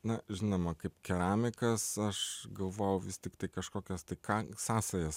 na žinoma kaip keramikas aš galvojau vis tiktai kažkokias tai ką sąsajas